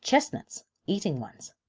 chestnuts eating ones.